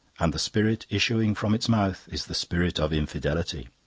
and the spirit issuing from its mouth is the spirit of infidelity.